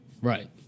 Right